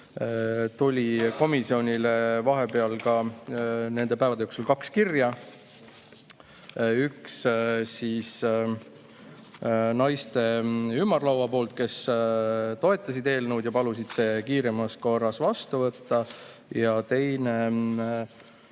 tuli komisjonile vahepeal nende päevade jooksul ka kaks kirja. Üks naiste ümarlaualt, kes toetas eelnõu ja palus see kiiremas korras vastu võtta, ja teine